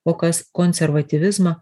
o kas konservatyvizmą